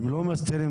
אני מנסה